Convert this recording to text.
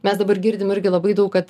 mes dabar girdim irgi labai daug kad